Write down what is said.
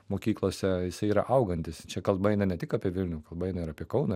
mokyklose jisai yra augantis čia kalba eina ne tik apie vilnių kalba eina ir apie kauną